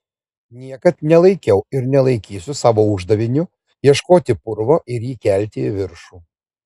niekad nelaikiau ir nelaikysiu savo uždaviniu ieškoti purvo ir jį kelti į viršų